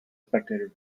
spectator